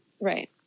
Right